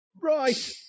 Right